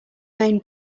main